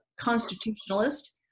constitutionalist